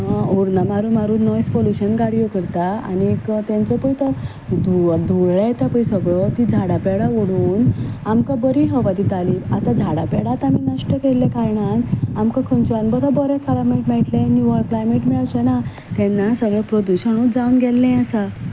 horn मारून मारून noise pollution गाड्यो करता आनीक तेंचो पय तो धुंव धुंवर येता पळय सगळो तो तीं झाडां पेडां ओडून आमकां बरी हवा दितालीं आतां झाडां पेडांच आमी नश्ट केल्ल्या कारणान आमकां खंयच्यान बरें क्लायमेट मेळटलें निवळ क्लायमेट मेळचें ना तेन्ना सगळें प्रदुशणूच जावन गेल्लें आसा